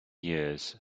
years